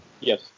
Yes